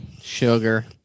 Sugar